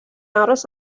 aros